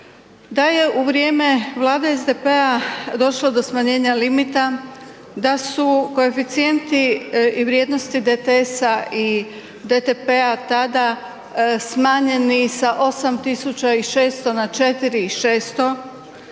da je vrijeme vlade SDP-a došlo do smanjenja limita, da su koeficijenti i vrijednosti DTS-a i DTP-a tada smanjeni sa 8.600 na 4.600